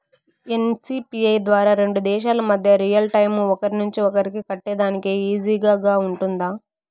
NCPI ద్వారా రెండు దేశాల మధ్య రియల్ టైము ఒకరి నుంచి ఒకరికి కట్టేదానికి ఈజీగా గా ఉంటుందా?